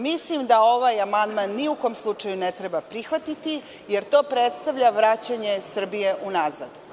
Mislim da ovaj amandman ni u kom slučaju ne treba prihvatiti, jer to predstavlja vraćanje Srbije u nazad.